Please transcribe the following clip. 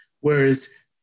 Whereas